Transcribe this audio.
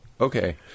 Okay